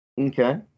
Okay